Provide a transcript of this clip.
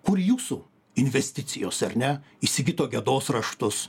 kur jūsų investicijos ar ne į sigito gedos raštus